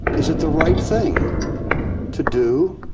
is it the right thing to do,